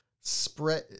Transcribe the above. spread